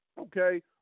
okay